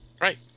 Right